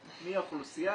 מי האוכלוסייה,